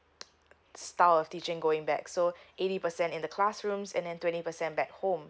style of teaching going back so eighty percent in the classrooms and then twenty percent at home